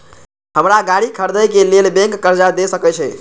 हमरा गाड़ी खरदे के लेल बैंक कर्जा देय सके छे?